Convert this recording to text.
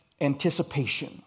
anticipation